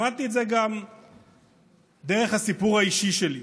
למדתי את זה גם דרך הסיפור האישי שלי,